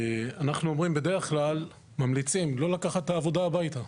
אנחנו בדרך כלל ממליצים לא לקחת את העבודה הביתה.